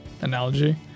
analogy